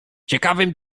ciekawym